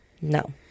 No